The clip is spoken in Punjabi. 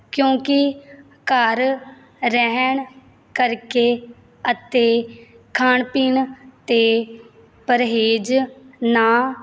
ਕਿਉਂਕਿ ਘਰ ਰਹਿਣ ਕਰਕੇ ਅਤੇ ਖਾਣ ਪੀਣ 'ਤੇ ਪਰਹੇਜ਼ ਨਾ